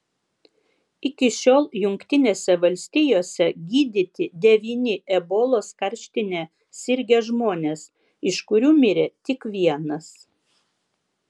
iki šiol jungtinėse valstijose gydyti devyni ebolos karštine sirgę žmonės iš kurių mirė tik vienas